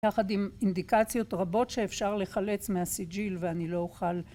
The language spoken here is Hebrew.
יחד עם אינדיקציות רבות שאפשר לחלץ מהסיג'יל ואני לא אוכל